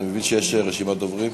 אני מבין שיש רשימת דוברים.